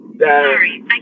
Sorry